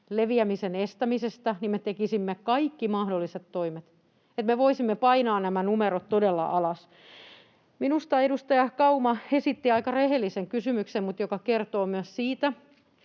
leviämisen estämisestä, niin me tekisimme kaikki mahdolliset toimet, että me voisimme painaa nämä numerot todella alas. Minusta edustaja Kauma esitti aika rehellisen kysymyksen, joka kertoo myös siitä,